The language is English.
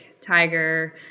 Tiger